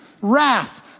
wrath